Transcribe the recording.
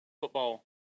football